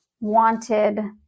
wanted